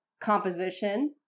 composition